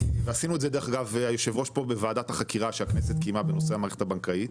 ועשינו את זה דרך אגב בוועדת החקירה שהכנסת קיימה בנושא המערכת הבנקאות,